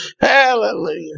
Hallelujah